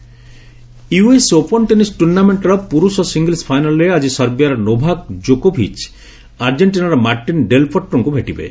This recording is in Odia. ଟେନିସ୍ ୟୁଏସ୍ ଓପନ ଟେନିସ ଟୁର୍ଣ୍ଣାମେଣ୍ଟର ପୁରୁଷ ସିଙ୍ଗଲ୍ସ ଫାଇନାଲରେ ଆଜି ସର୍ବିଆର ନୋଭାକ ଜୋକୋଭିଚ୍ ଆର୍ଜେକ୍ଟିନାର ମାର୍ଟିନ ଡେଲପୋଟ୍ରୋଙ୍କୁ ଭେଟିବେ